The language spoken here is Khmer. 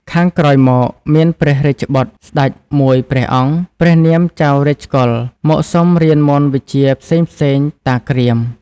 ខាងក្រោយមក មានព្រះរាជបុត្រ ស្តេចមួយព្រះអង្គ ព្រះនាមចៅរាជកុល មកសុំរៀនមន្តវិជ្ជាផ្សេងៗ តា គ្រាម ។